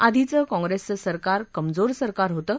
आधीचं काँग्रेसचं सरकार कमजोर सरकार होतं